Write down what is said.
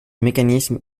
mécanisme